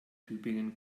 tübingen